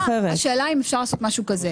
השאלה אם אפשר לעשות משהו כזה,